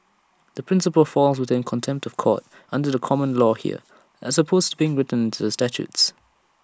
the principle falls within contempt of court under common law here as opposed being written statutes